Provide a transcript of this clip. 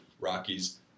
Rockies